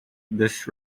this